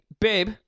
babe